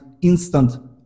instant